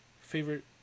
favorite